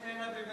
7,